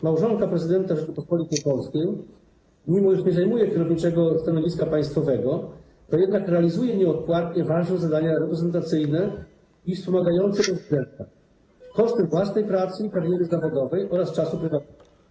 Małżonka prezydenta Rzeczypospolitej Polskiej, mimo iż nie zajmuje kierowniczego stanowiska państwowego, to jednak realizuje nieodpłatnie ważne zadania reprezentacyjne i wspomagające prezydenta kosztem własnej pracy i kariery zawodowej oraz czasu prywatnego.